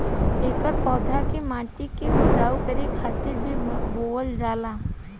एकर पौधा के माटी के उपजाऊ करे खातिर भी बोअल जाला